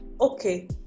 Okay